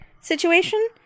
situation